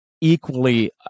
equally